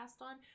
on